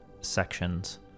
sections